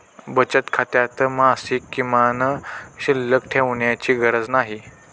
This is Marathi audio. बचत खात्यात मासिक किमान शिल्लक ठेवण्याची गरज नाही